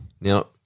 now